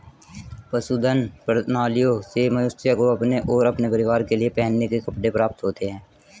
पशुधन प्रणालियों से मनुष्य को अपने और अपने परिवार के लिए पहनने के कपड़े प्राप्त होते हैं